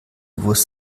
wurst